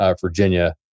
Virginia